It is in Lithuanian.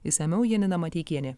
išsamiau janina mateikienė